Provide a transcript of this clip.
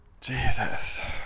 Jesus